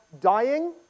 dying